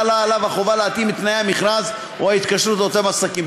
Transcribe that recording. חלה עליו החובה להתאים את תנאי המכרז או ההתקשרות לאותם עסקים.